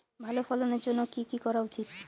ভালো ফলনের জন্য কি কি করা উচিৎ?